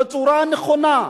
בצורה נכונה.